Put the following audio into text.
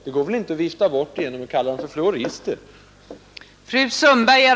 Det kan man väl inte vifta bort genom att kalla dem för fluorister.